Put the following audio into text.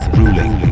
ruling